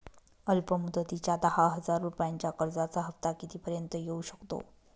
अल्प मुदतीच्या दहा हजार रुपयांच्या कर्जाचा हफ्ता किती पर्यंत येवू शकतो?